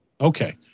Okay